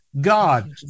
God